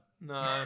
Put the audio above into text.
No